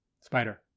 Spider